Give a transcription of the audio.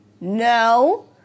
No